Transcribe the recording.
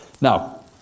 Now